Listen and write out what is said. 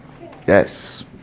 Yes